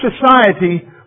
society